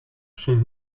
chez